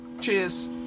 Cheers